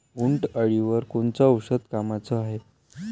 उंटअळीवर कोनचं औषध कामाचं हाये?